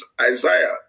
Isaiah